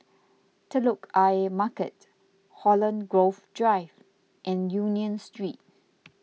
Telok Ayer Market Holland Grove Drive and Union Street